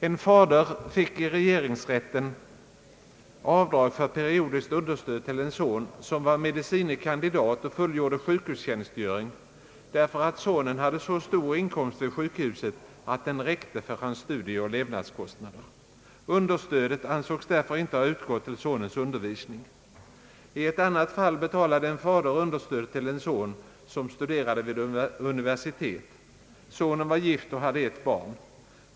En fader fick i regeringsrätten avdrag för periodiskt understöd till en son, som var medicine kandidat och fullgjorde sjukhustjänstgöring, därför att sonen hade så stor inkomst vid sjukhuset, att den räckte för hans studieoch levnadskostnader. Understödet ansågs därför inte ha utgått till sonens undervisning. I ett annat fall betalade en fader understöd till en son, som studerade vid universitet. Sonen var gift och hade ett barn.